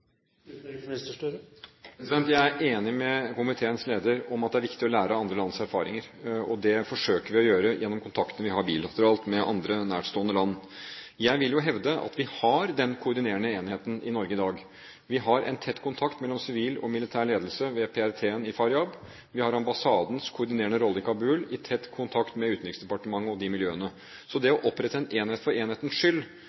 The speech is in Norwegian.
Jeg er enig med komiteens leder i at det er viktig å lære av andre lands erfaringer, og det forsøker vi å gjøre gjennom kontakten vi har bilateralt med andre, nærstående land. Jeg vil jo hevde at vi har den koordinerende enheten i Norge i dag. Vi har en tett kontakt mellom sivil og militær ledelse ved PRT-en i Faryab. Vi har ambassadens koordinerende rolle i Kabul i tett kontakt med Utenriksdepartementet og de miljøene. Så det